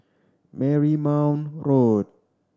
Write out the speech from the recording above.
Marymount Road